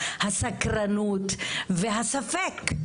הסקרנות והספק.